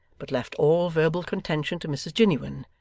but left all verbal contention to mrs jiniwin,